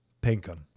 Pinkham